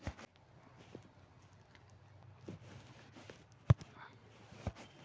ಕುರಿ ಮಾಂಸಕ್ಕ್ ಅತಿ ಹೆಚ್ಚ್ ಬೇಡಿಕೆ ಇರೋದ್ರಿಂದ ಮಾಂಸ ಕುರಿ ಸಾಕಾಣಿಕೆ ಮಾಡೋದ್ರಿಂದ ಉತ್ಪಾದಿಸೋ ಉತ್ಪನ್ನ ಆಗೇತಿ